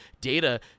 data